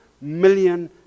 million